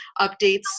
updates